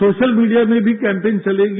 social media में मी campaign चलेगी